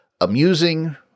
amusing